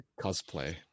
cosplay